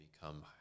become